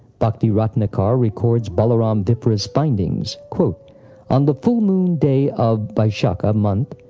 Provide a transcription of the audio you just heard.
bhakti-ratnakara records balaram vipra's findings on the full moon day of vaishakha month,